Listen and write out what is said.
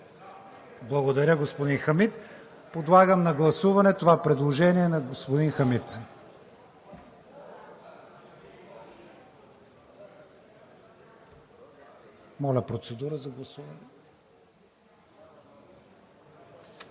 Благодаря, господин Хамид. Подлагам на гласуване това предложение на господин Хамид. Гласували